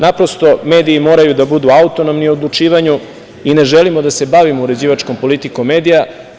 Naprosto, mediji moraju da budu autonomni u odlučivanju i ne želimo da se bavimo uređivačkom politikom medija.